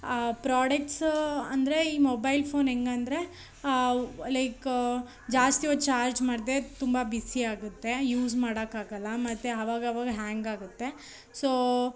products ಅಂದರೆ ಈ mobile phone ಹೆಂಗಂದ್ರೆ ಲೈಕ್ ಜಾಸ್ತಿ ಹೊತ್ತು ಚಾರ್ಜ್ ಮಾಡಿದ್ರೆ ತುಂಬ ಬಿಸಿಯಾಗುತ್ತೆ ಯೂಸ್ ಮಾಡೋಕ್ಕಾಗಲ್ಲ ಮತ್ತು ಅವಾಗವಾಗ ಹ್ಯಾಂಗ್ ಆಗುತ್ತೆ ಸೋ